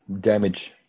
damage